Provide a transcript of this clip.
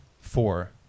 four